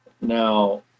Now